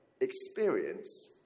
experience